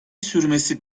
sürmesi